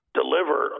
deliver